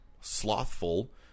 slothful